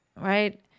right